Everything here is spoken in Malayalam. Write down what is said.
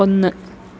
ഒന്ന്